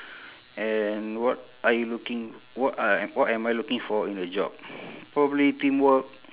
and what I looking what I what am I looking for in a job probably teamwork